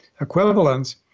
equivalence